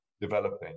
developing